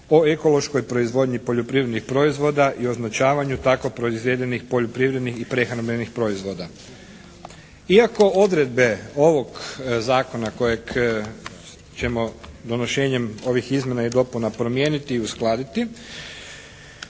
o ekološkoj proizvodnji poljoprivrednih proizvoda i označavanju tako proizvedenih poljoprivrednih i prehrambenih proizvoda. Iako odredbe ovog zakona kojeg ćemo donošenjem ovih izmjena i dopuna promijeniti i uskladiti